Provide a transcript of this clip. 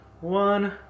one